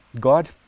God